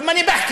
הרי אני מדבר.